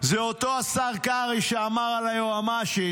זה אותו השר קרעי שאמר על היועמ"שית,